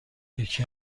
یکی